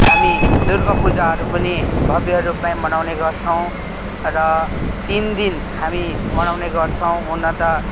हामी दुर्गा पूजाहरू पनि भव्य रूपमै मनउने गर्छौँ र तिन दिन हामी मनाउने गर्छौँ हुन त